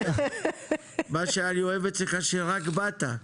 מה שאני אוהב אצלך שרק באת.